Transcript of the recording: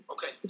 Okay